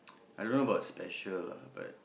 I don't know about special lah but